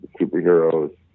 superheroes